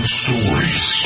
stories